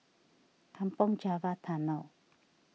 Kampong Java Tunnel